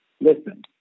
Listen